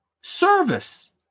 service